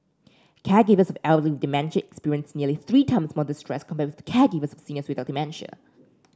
caregivers elderly dementia experienced nearly three times more distress compared with caregivers of seniors without dementia